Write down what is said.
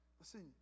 Listen